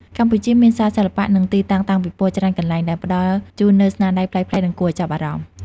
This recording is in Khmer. កម្ពុជាមានសាលសិល្បៈ និងទីតាំងតាំងពិពណ៌ជាច្រើនកន្លែង ដែលផ្តល់ជូននូវស្នាដៃប្លែកៗ និងគួរឲ្យចាប់អារម្មណ៍។